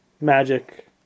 magic